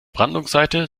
brandungsseite